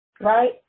right